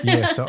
Yes